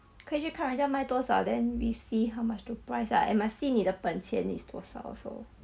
可以去看人家卖多少 then we see how much to price ah and must see 你的本钱 is 多少 also